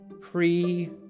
pre